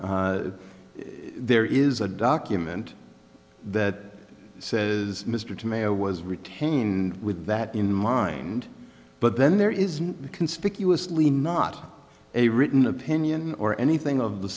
legal there is a document that says mr to may i was retained with that in mind but then there is conspicuously not a written opinion or anything of the